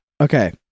okay